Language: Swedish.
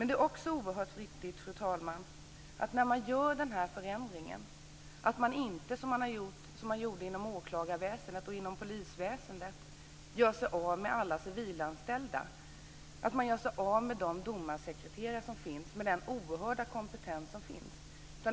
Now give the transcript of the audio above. Det är också oerhört viktigt, fru talman, att man inte gör sig av med alla civilanställda när man genomför denna förändring, som man gjorde inom åklagarväsendet och inom polisväsendet. Man ska inte göra sig av med domarsekreterarna med deras oerhörda kompetens.